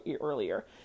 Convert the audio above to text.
earlier